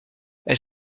elle